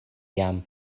jam